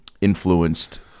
influenced